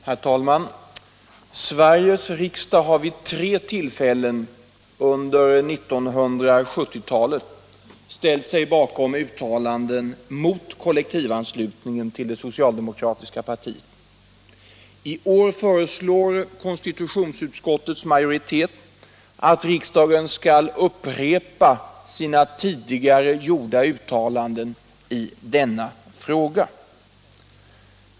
Herr talman! Sveriges riksdag har vid tre tillfällen under 1970-talet ställt sig bakom uttalanden mot kollektivanslutningen till det socialdemokratiska partiet. I år föreslår konstitutionsutskottets majoritet att riksdagen skall upprepa sina tidigare gjorda uttalanden i denna fråga.